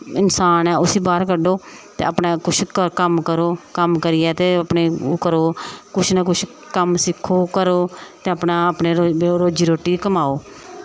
इंसान ऐ उसी बाह्र कड्ढो ते अपना कुछ कम्म करो कम्म करियै ते अपने करो कुछ ना कुछ कम्म सिक्खो करो ते अपना अपने रोजी रोटी कमाओ